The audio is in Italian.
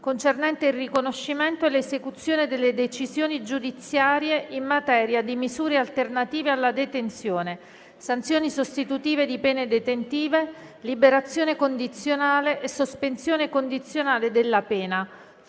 concernente il riconoscimento e l'esecuzione delle decisioni giudiziarie in materia di misure alternative alla detenzione, sanzioni sostitutive di pene detentive, liberazione condizionale e sospensione condizionale della pena,